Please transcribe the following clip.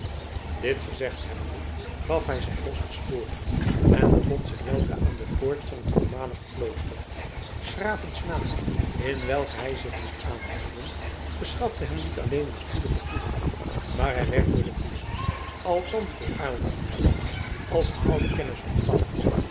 dit gezegd hebbende gaf hij zijn ros de sporen en bevond zich weldra aan de poort van het voormalige klooster s graven naam in welken hij zich liet aanmelden verschafte hem niet alleen een spoedigen toegang maar hij werd door de friezen althans door aylva en den abt als een oude kennis ontvangen